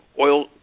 oil